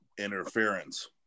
interference